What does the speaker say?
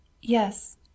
Yes